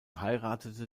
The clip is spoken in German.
heiratete